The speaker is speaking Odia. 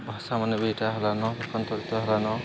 ଭାଷାମାନେ ହେଲାନ ହେଲାନ